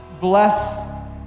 bless